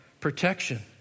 protection